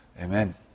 Amen